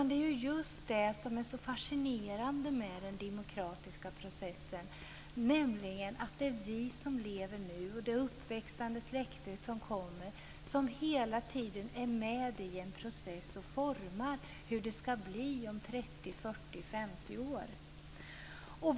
Det är ju just det som är så fascinerande med den demokratiska processen; att det är vi som lever nu och det uppväxande släkte som kommer som hela tiden är med i en process och formar hur det ska bli om 30, 40 eller 50 år.